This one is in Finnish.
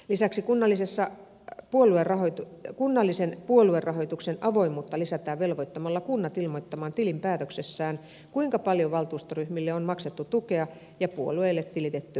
lisäksi kunnallisen puoluerahoituksen avoimuutta lisätään velvoittamalla kunnat ilmoittamaan tilinpäätöksessään kuinka paljon valtuustoryhmille on maksettu tukea ja puolueille tilitetty luottamushenkilömaksuja